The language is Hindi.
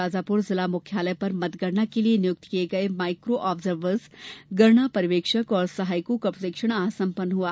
शाजापुर जिला मुख्यालय पर मतगणना के लिये नियुक्त किये गये माइको आब्जरवर्स गणना पर्यवेक्षक और सहायकों का प्रशिक्षण आज संपन्न हुआ